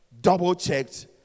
double-checked